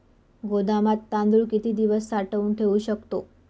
गोदामात तांदूळ किती दिवस साठवून ठेवू शकतो?